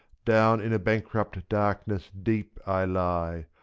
down in a bankrupt darkness deep i lie,